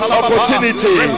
opportunity